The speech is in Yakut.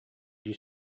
дии